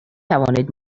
توانید